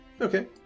Okay